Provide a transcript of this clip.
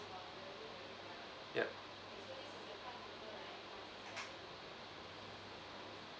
ya